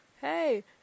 hey